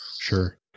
Sure